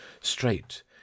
Straight